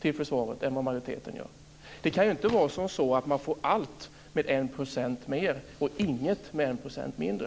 försvaret än vad majoriteten gör? Man kan ju inte få allt med 1 % mer och inget med 1 % mindre.